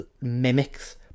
mimics